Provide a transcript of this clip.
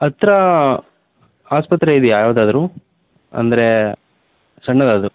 ಹತ್ತಿರ ಆಸ್ಪತ್ರೆ ಇದ್ಯಾ ಯಾವ್ದಾದ್ರೂ ಅಂದರೆ ಸಣ್ಣದಾದರು